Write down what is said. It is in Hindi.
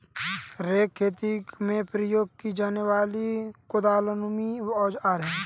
रेक खेती में प्रयोग की जाने वाली कुदालनुमा औजार है